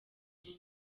king